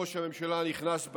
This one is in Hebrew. ראש הממשלה הנכנס,